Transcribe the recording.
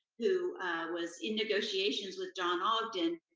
who was in negotiations with don ogden,